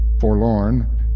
forlorn